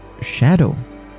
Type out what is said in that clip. shadow